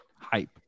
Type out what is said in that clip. hype